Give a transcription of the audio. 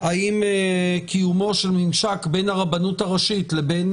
האם קיומו של ממשק בין הרבנות הראשית לבין